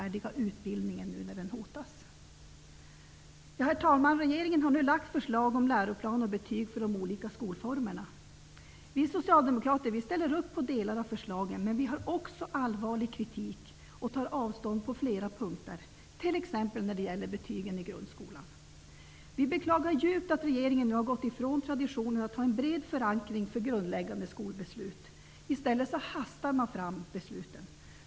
Regeringen har nu lagt fram förslag om läroplan och betyg för de olika skolformerna. Vi socialdemokrater ställer upp på delar av förslagen. Men vi har också allvarlig kritik och tar avstånd på flera punkter, t.ex. när det gäller betygen i grundskolan. Vi beklagar djupt att regeringen nu har frångått traditionen att ha en bred förankring för grundläggande skolbeslut. I stället hastar man fram besluten.